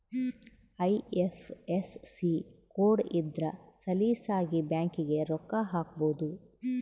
IFSC code ಇದ್ರ ಸಲೀಸಾಗಿ ಬ್ಯಾಂಕಿಗೆ ರೊಕ್ಕ ಹಾಕ್ಬೊದು